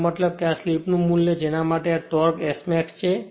મારો મતલબ કે આ સ્લિપનું મૂલ્ય છે જેના માટે આ ટોર્ક Smax છે